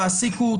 תעסיקו?